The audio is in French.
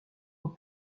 aux